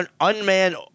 unmanned